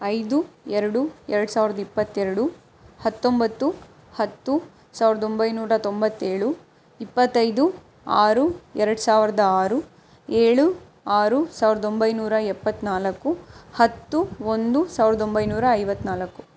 ಐದು ಎರಡು ಎರಡು ಸಾವಿರ್ದ ಇಪ್ಪತ್ತೆರಡು ಹತ್ತೊಂಬತ್ತು ಹತ್ತು ಸಾವಿರದ ಒಂಬೈನೂರ ತೊಂಬತ್ತೇಳು ಇಪ್ಪತ್ತೈದು ಆರು ಎರಡು ಸಾವಿರದ ಆರು ಏಳು ಆರು ಸಾವಿರದ ಒಂಬೈನೂರ ಎಪ್ಪತ್ತ್ನಾಲ್ಕು ಹತ್ತು ಒಂದು ಸಾವಿರ್ದ ಒಂಬೈನೂರ ಐವತ್ತ್ನಾಲ್ಕು